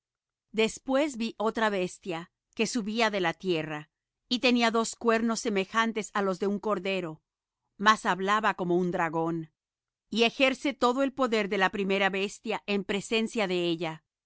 después vi otra bestia que subía de la tierra y tenía dos cuernos semejantes á los de un cordero mas hablaba como un dragón y ejerce todo el poder de la primera bestia en presencia de ella